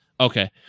Okay